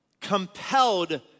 compelled